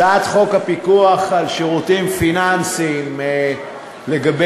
הצעת חוק הפיקוח על שירותים פיננסיים לגבי